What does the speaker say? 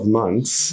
months